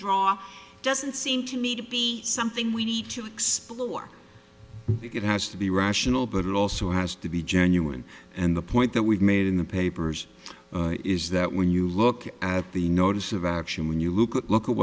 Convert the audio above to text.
draw doesn't seem to me to be something we need to explore it has to be rational but it also has to be genuine and the point that we've made in the papers is that when you look at the notice of action when you look at look at